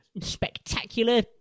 spectacular